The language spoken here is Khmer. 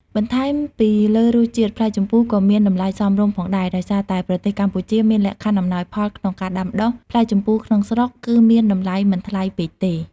បន្ថែមពីលើរសជាតិ ផ្លែជម្ពូក៏មានតម្លៃសមរម្យផងដែរ ដោយសារតែប្រទេសកម្ពុជាមានលក្ខខណ្ឌអំណោយផលក្នុងការដាំដុះ ផ្លែជម្ពូក្នុងស្រុកគឺមានតម្លៃមិនថ្លៃពេកទេ។